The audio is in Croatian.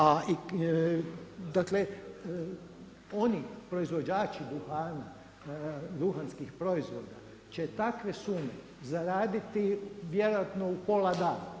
A i dakle oni proizvođači duhana, duhanskih proizvoda će takve sume zaraditi vjerojatno u pola dana.